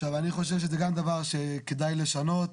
עכשיו, אני חושב שזה גם דבר שכדאי לשנות,